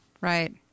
Right